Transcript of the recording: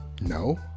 No